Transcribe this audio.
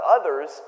others